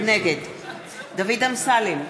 נגד דוד אמסלם,